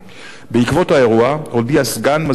בעקבות האירוע הודיע סגן מזכיר המדינה